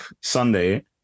Sunday